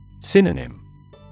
Synonym